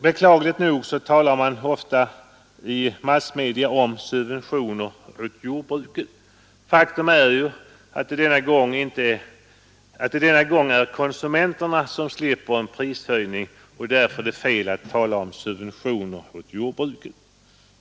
Beklagligt nog talar man ofta i massmedia om subventioner åt jordbruket. Faktum är att det denna gång är konsumenterna som slipper en prishöjning, och därför är det fel att tala om subventioner åt jordbruket.